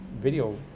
video